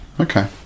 okay